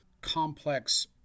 complex